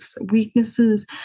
weaknesses